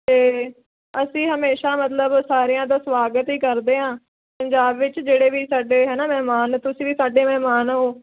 ਅਤੇ ਅਸੀਂ ਹਮੇਸ਼ਾ ਮਤਲਬ ਸਾਰਿਆਂ ਦਾ ਸਵਾਗਤ ਹੀ ਕਰਦੇ ਹਾਂ ਪੰਜਾਬ ਵਿੱਚ ਜਿਹੜੇ ਵੀ ਸਾਡੇ ਹੈ ਨਾ ਮਹਿਮਾਨ ਤੁਸੀਂ ਵੀ ਸਾਡੇ ਮਹਿਮਾਨ ਹੋ